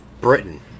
Britain